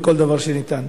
בכל דבר שניתן.